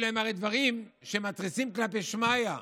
אלה הם הרי דברים שמתריסים כלפי שמיא.